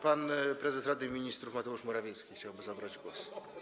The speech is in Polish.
Pan prezes Rady Ministrów Mateusz Morawiecki chciałby zabrać głos.